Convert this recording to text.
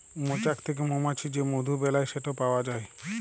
মচাক থ্যাকে মমাছি যে মধু বেলায় সেট পাউয়া যায়